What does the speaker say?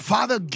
Father